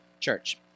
Church